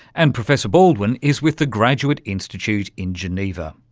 and professor baldwin is with the graduate institute in geneva.